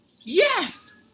Yes